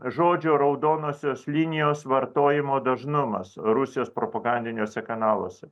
žodžio raudonosios linijos vartojimo dažnumas rusijos propagandiniuose kanaluose